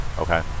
Okay